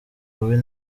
bubi